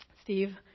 Steve